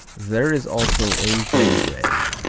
there is also a whey bread.